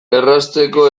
errazteko